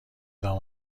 دام